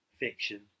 Fiction